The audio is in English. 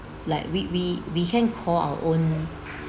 like we we we can call our own